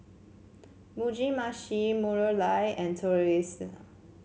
Mugi Meshi Masoor Dal and Tortillas